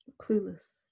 Clueless